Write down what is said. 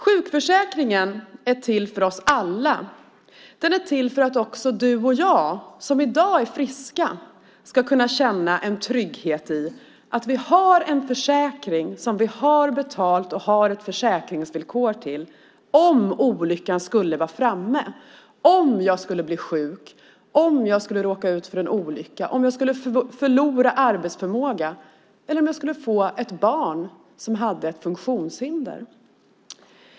Sjukförsäkringen är till för oss alla, för att också du och jag som är friska ska kunna känna en trygghet i att vi har en försäkring som vi har betalat och har ett försäkringsvillkor till om olyckan skulle vara framme, om vi skulle bli sjuka, råka ut för en olycka, förlora arbetsförmågan eller om vi skulle få ett barn som har ett funktionshinder.